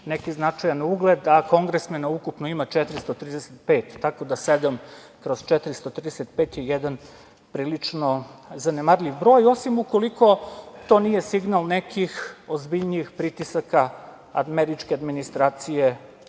neki značajan ugled. Kongresmena ukupno ima 435, tako da sedam kroz 435 je jedan prilično zanemarljiv broj, osim ukoliko to nije signal nekih ozbiljnijih pritisaka američke administracije